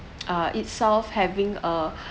err itself having a